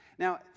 Now